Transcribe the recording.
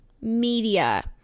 media